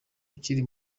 ukiri